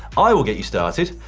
i will get you started.